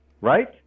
right